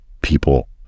people